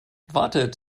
wartet